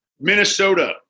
Minnesota